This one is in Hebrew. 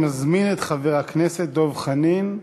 אני מזמין את חבר הכנסת דב חנין.